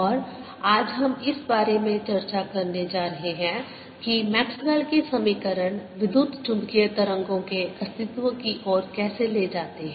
और आज हम इस बारे में चर्चा करने जा रहे हैं कि मैक्सवेल के समीकरण Maxwells equations विद्युत चुम्बकीय तरंगों के अस्तित्व की ओर कैसे ले जाते हैं